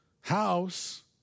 house